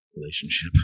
relationship